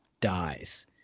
dies